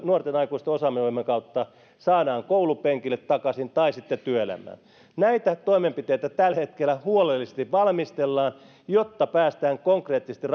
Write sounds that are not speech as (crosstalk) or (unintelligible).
nuorten aikuisten osaamisohjelman kautta saadaan koulunpenkille takaisin tai sitten työelämään näitä toimenpiteitä tällä hetkellä huolellisesti valmistellaan jotta päästään konkreettisesti (unintelligible)